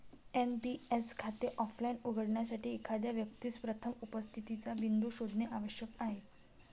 NPS खाते offline उघडण्यासाठी, एखाद्या व्यक्तीस प्रथम उपस्थितीचा बिंदू शोधणे आवश्यक आहे